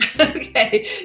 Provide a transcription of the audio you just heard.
Okay